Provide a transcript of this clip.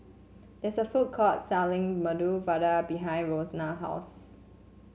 there is a food court selling Medu Vada behind Ronna's house